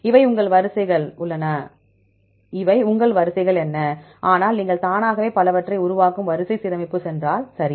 இவை உங்கள் வரிசைகள் என்ன ஆனால் நீங்கள் தானாகவே பலவற்றை உருவாக்கும் வரிசை சீரமைப்பு சென்றாள் சரி